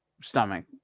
stomach